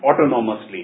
autonomously